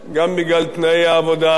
גם בגלל תנאי העבודה,